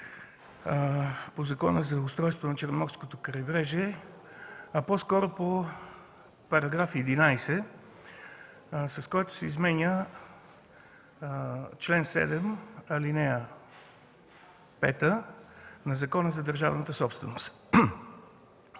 по Закона за устройство на Черноморското крайбрежие, а по-скоро по § 11, с който се изменя чл. 7, ал. 5 на Закона за държавата собственост.